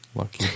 lucky